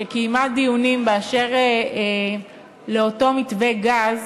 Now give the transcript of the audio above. שקיימה דיונים באשר לאותו מתווה גז,